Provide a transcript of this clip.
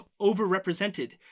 overrepresented